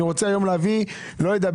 אני רוצה היום להביא לא יודע,